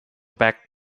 back